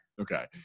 Okay